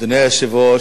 אדוני היושב-ראש,